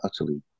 utterly